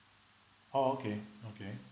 oh okay okay